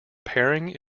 pairing